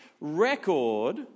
record